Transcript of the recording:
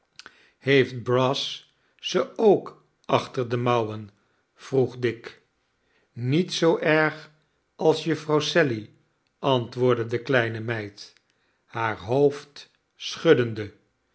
heeft brass ze ook achter de mouwen vroeg dick niet zoo erg als jufvrouw sally antwoordde de kleine meid haar hoofd schuddende